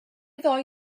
ddau